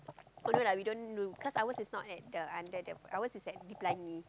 oh no lah we don't do cause ours is not at the under the ours is at D-Pelangi